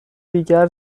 دیگر